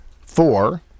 four